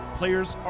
players